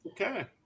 Okay